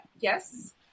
Yes